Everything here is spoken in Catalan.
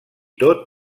tot